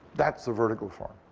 that's a vertical farm.